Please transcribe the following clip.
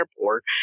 airport